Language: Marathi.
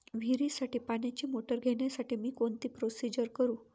विहिरीसाठी पाण्याची मोटर घेण्यासाठी मी कोणती प्रोसिजर करु?